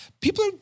people